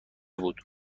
بود